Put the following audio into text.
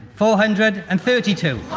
four hundred and thirty two